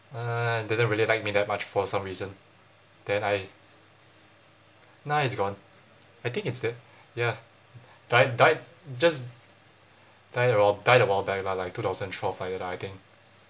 uh didn't really like me that much for some reason then I now it's gone I think it's the ya died died just died awhile died awhile back lah like two thousand and twelve like that I think